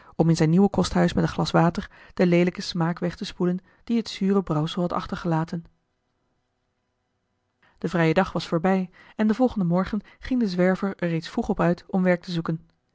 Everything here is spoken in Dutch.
om in zijn nieuw kosthuis met een glas water den leelijken smaak weg te spoelen dien het zure brouwsel had achtergelaten de vrije dag was voorbij en den volgenden morgen ging de zwerver er reeds vroeg op uit om werk te zoeken